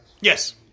Yes